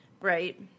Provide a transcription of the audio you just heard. right